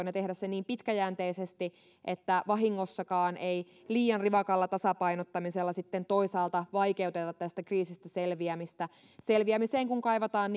ja tehdä se niin pitkäjänteisesti että vahingossakaan ei liian rivakalla tasapainottamisella toisaalta vaikeuteta tästä kriisistä selviämistä selviämiseen kun kaivataan